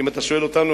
אם אתה שואל אותנו,